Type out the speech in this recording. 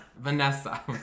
Vanessa